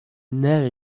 نره